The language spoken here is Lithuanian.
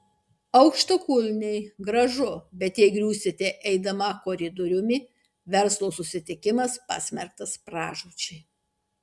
aukštakulniai gražu bei jei griūsite eidama koridoriumi verslo susitikimas pasmerktas pražūčiai